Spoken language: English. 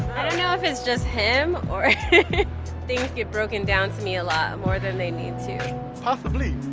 i don't know if it's just him or things get broken down to me a lot more than they need to possibly,